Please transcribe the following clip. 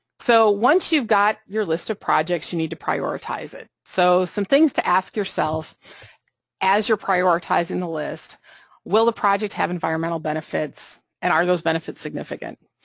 so once you've got your list of projects, you need to prioritize it, so some things to ask yourself as you're prioritizing the list will the project have environmental benefits and are those benefits significant,